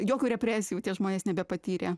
jokių represijų tie žmonės nebepatyrė